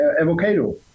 avocado